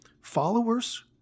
Followers